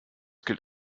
gilt